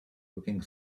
looking